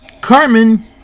Carmen